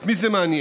את מי זה מעניין?